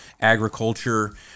agriculture